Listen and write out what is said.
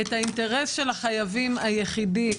את האינטרס של החייבים היחידים,